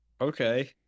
Okay